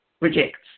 rejects